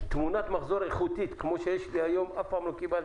תמונת מחזור איכותית כמו שיש לי כאן היום אף פעם לא קיבלתי.